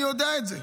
אני יודע את זה.